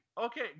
Okay